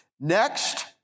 Next